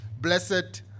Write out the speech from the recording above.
Blessed